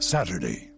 Saturday